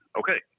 okay